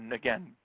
and again,